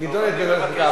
נדונה בוועדת הכנסת.